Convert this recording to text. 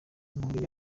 inkuru